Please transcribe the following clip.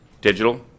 digital